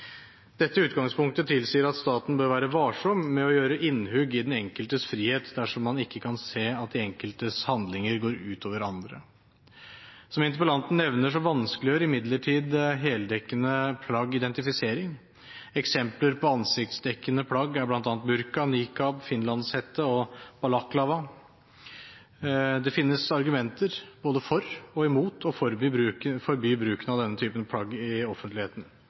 Dette utgangspunktet tilsier at staten bør være varsom med å gjøre innhugg i den enkeltes frihet, dersom man ikke kan se at den enkeltes handlinger går ut over andre. Som interpellanten nevner, vanskeliggjør imidlertid heldekkende plagg identifisering. Eksempler på ansiktsdekkende plagg er bl.a. burka, niqab, finlandshette og balaklava. Det finnes argumenter både for og imot å forby bruken av denne typen plagg i offentligheten.